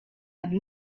have